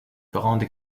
grande